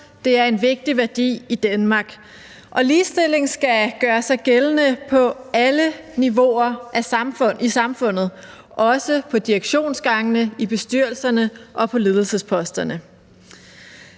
det er en vigtig værdi i Danmark, og ligestilling skal gøre sig gældende på alle niveauer i samfundet, også på direktionsgangene, i bestyrelserne og på ledelsesposterne.